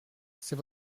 c’est